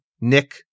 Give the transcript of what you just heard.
Nick